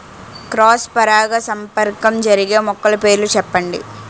Cross పరాగసంపర్కం జరిగే మొక్కల పేర్లు చెప్పండి?